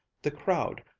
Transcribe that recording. the crowd,